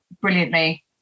brilliantly